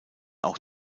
auch